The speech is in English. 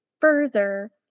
further